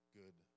good